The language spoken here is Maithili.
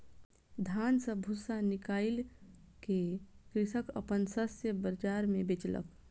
धान सॅ भूस्सा निकाइल के कृषक अपन शस्य बाजार मे बेचलक